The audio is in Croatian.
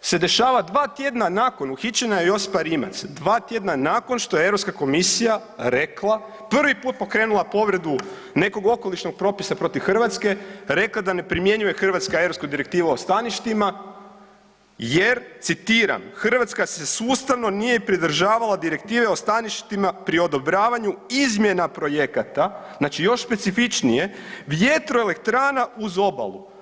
se dešava 2 tjedna, uhićena je Josipa Rimac, 2 tjedna nakon što je EU komisija rekla, 1. put pokrenula povredu nekog okolišnog propisa protiv Hrvatske, rekla da ne primjenjuje Hrvatska Europsku direktivu o staništima jer, citiram, Hrvatska se sustavno nije pridržavala Direktive o staništima pri odobravanju izmjena projekata, znači još specifičnije, vjetroelektrana uz obalu.